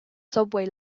subway